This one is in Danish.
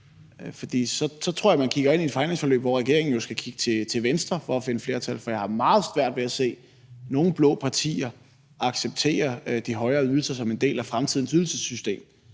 For så tror jeg, man kigger ind i et forhandlingsforløb, hvor regeringen jo skal kigge til venstre for at finde flertal, for jeg har meget svært ved at se nogen blå partier acceptere de højere ydelser som en del af fremtidens ydelsessystem.